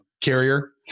carrier